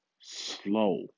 slow